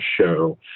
show